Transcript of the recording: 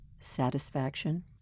satisfaction